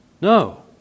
No